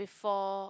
before